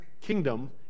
kingdom